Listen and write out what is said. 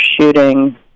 shooting